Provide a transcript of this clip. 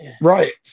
Right